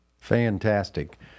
fantastic